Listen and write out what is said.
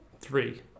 Three